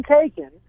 taken